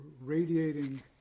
radiating